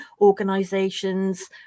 organisations